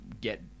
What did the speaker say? get